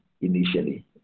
initially